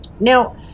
Now